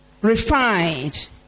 Refined